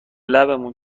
لبمون